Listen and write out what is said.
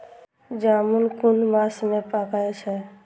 जामून कुन मास में पाके छै?